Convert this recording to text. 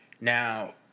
Now